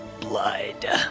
blood